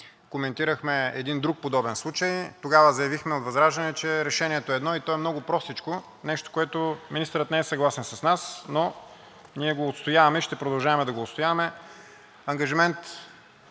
коментирахме един друг подобен случай. Тогава от ВЪЗРАЖДАНЕ заявихме, че решението е едно и то е много простичко – нещо, с което министърът не е съгласен с нас, но ние го отстояваме и ще продължаваме да го отстояваме